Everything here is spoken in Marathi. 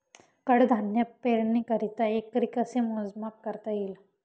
कडधान्य पेरणीकरिता एकरी कसे मोजमाप करता येईल?